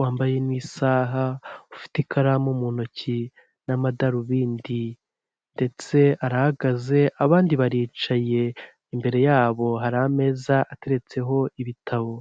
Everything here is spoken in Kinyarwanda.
wambaye n'isaha ufite ikaramu mu ntoki n'amadarubindi, ndetse arahagaze abandi baricaye, imbere yabo har’ameza ateretseho ibitabo.